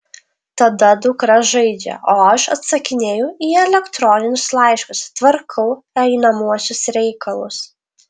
tada dukra žaidžia o aš atsakinėju į elektroninius laiškus tvarkau einamuosius reikalus